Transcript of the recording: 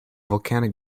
volcanic